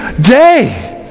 day